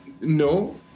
No